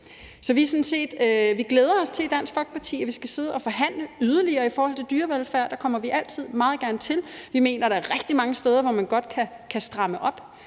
Vi glæder os til i Dansk Folkeparti, at vi skal sidde og forhandle yderligere i forhold til dyrevelfærd; det kommer vi altid meget gerne til. Vi mener, at der er rigtig mange steder, hvor man godt kan stramme op,